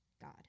God